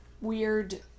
weird